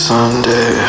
Sunday